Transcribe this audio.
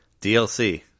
DLC